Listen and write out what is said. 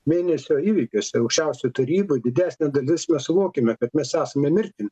mėnesio įvykiuose aukščiausiojoj taryboj didesnė dalis mes suvokėme kad mes esame mirtin